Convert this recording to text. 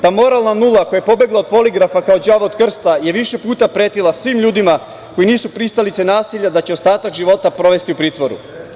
Ta moralna nula koja je pobegla od poligrafa kao đavo od krsta je više puta pretila svim ljudima koji nisu pristalice nasilja da će ostatak života provesti u pritvoru.